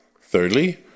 Thirdly